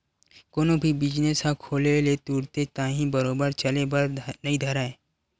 कोनो भी बिजनेस ह खोले ले तुरते ताही बरोबर चले बर नइ धरय